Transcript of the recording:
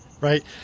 Right